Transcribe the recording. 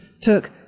took